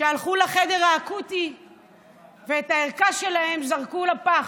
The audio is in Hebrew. שהלכו לחדר האקוטי ואת הערכה שלהם זרקו לפח.